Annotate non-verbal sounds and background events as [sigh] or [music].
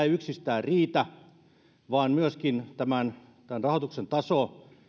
[unintelligible] yksistään riitä tämän tämän rahoituksen taso